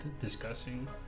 discussing